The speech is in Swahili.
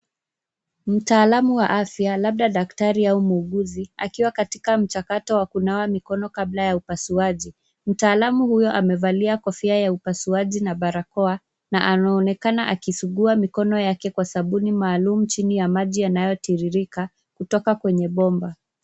Mtaalamu wa afya labda daktari au muuguzi akiwa katika mchakato wa kunawa mikono kabla ya upasuaji. Mtaalamu huyu amevalia kofia ya upasuaji na barakoa na anaonekana akisugua mikono yake kwa sabuni maalum chini ya maji yanayotiririka kutoka kwenye bomba.